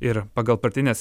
ir pagal partines